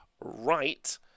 right